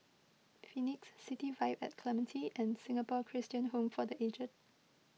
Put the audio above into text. Phoenix City Vibe at Clementi and Singapore Christian Home for the aged